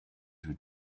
would